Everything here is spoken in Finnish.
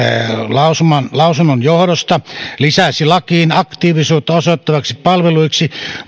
lausunnon johdosta aktiivisuutta osoittaviksi palveluiksi